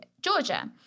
Georgia